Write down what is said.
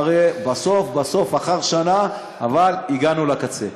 אריה, בסוף בסוף, לאחר שנה, אבל הגענו לקצה.